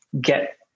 get